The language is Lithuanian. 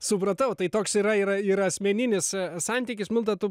supratau tai toks yra yra yra asmeninis e santykis milda tu